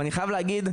אני חייב להגיד,